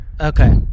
Okay